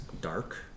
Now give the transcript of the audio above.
dark